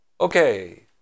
okay